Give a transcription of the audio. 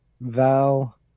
Val